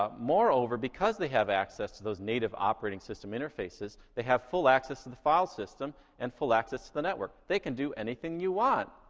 um moreover, because they have access to those native operating system interfaces, they have full access to the file system and full access to the network. they can do anything you want,